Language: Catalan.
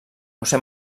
josé